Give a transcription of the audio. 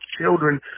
children